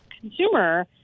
consumer